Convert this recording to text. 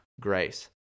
grace